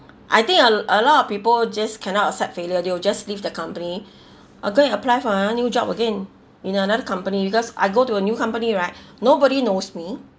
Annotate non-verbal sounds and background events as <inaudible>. I think a a lot of people just cannot accept failure they will just leave the company <breath> I'll go and apply for ah new job again in another company because I go to a new company right <breath> nobody knows me